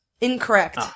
Incorrect